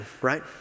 right